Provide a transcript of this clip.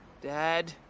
Dad